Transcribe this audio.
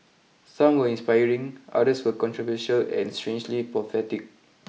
some were inspiring others were controversial and strangely prophetic